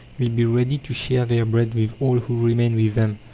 will be ready to share their bread with all who remain with them,